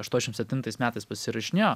aštuošim septintais metais pasirašinėjo